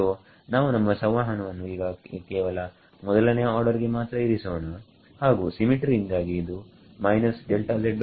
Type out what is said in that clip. ಸೋನಾವು ನಮ್ಮ ಸಂವಹನವನ್ನು ಈಗಕ್ಕೆ ಕೇವಲ ಮೊದಲನೆಯ ಆರ್ಡರ್ ಗೆ ಮಾತ್ರ ಇರಿಸೋಣ ಹಾಗು ಸಿಮಿಟ್ರಿಯಿಂದಾಗಿ ಇದು ಆಗುತ್ತದೆ ಸರಿಯೇ